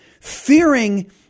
fearing